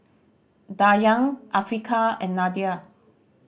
Dayang Afiqah and Nadia